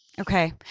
okay